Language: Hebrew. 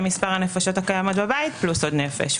מספר הנפשות הקיימות בבית פלוס עוד נפש.